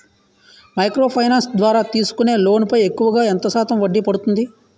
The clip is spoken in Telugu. మైక్రో ఫైనాన్స్ ద్వారా తీసుకునే లోన్ పై ఎక్కువుగా ఎంత శాతం వడ్డీ పడుతుంది?